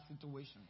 situation